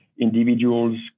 individuals